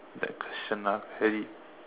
next question ah ready